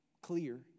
clear